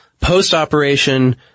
Post-operation